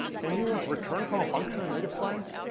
can you return for a function in native client?